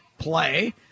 play